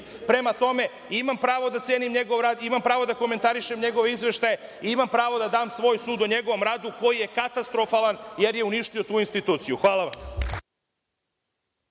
Prema tome, imam pravo da cenim njegov rad, imam pravo da komentarišem njegove izveštaje i imam pravo da dam svoj sud o njegovom radu, koji je katastrofalan, jer je uništio tu instituciju. Hvala.